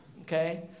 okay